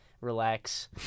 relax